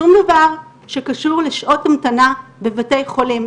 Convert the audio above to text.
שום דבר שקשור לשעות המתנה בבתי חולים.